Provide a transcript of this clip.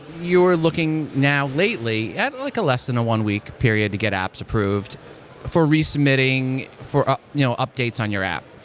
you're looking now lately yeah like less than a one week period to get apps approved for resubmitting for ah you know updates on your app.